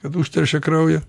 kad užteršė kraują